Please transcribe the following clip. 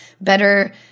better